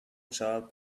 child